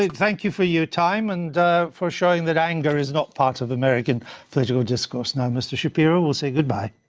ah thank you for your time, and for showing that anger is not part of american political discourse now, mr. shapiro. we'll say goodbye.